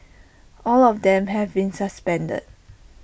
all of them have been suspended